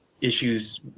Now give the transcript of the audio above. issues